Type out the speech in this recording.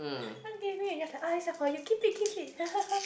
uh gave me uh just like this one for you keep it keep it hahaha